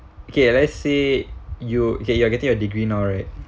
okay let's say you okay you are getting a degree now right